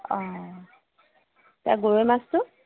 অঁ এতিয়া গৰৈ মাছটো